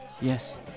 Yes